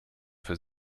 für